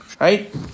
right